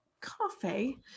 coffee